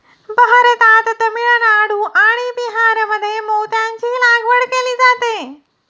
भारतात तामिळनाडू आणि बिहारमध्ये मोत्यांची लागवड केली जाते